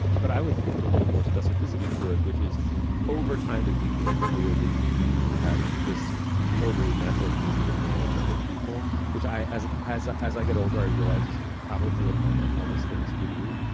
but i would put a little more specificity to it, which is over time it became clear that you have this totally natural ability to manage other people, which i as as a as i get older, i realize is probably among the hardest things to do,